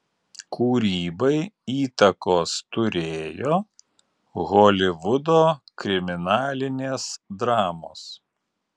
kūrybai įtakos turėjo holivudo kriminalinės dramos